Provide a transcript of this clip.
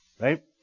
right